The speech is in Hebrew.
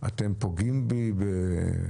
אתם פוגעים בעבודתי,